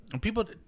People